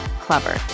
Clever